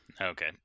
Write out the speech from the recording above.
Okay